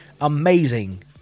amazing